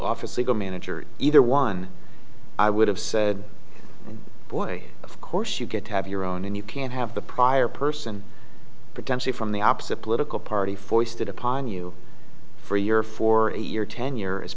office legal manager either one i would have said boy of course you get to have your own and you can have the prior person potentially from the opposite political party forced upon you for your for a your ten